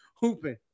hooping